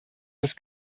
das